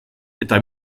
eta